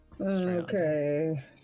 Okay